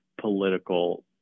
political